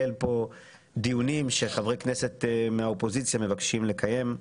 כאן דיונים שחברי כנסת מהאופוזיציה מבקשים לקיים.